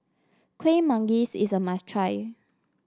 Kueh Manggis is a must try